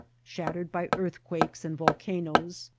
shattered by earthquakes and volca noes,